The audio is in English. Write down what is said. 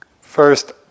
first